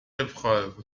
épreuve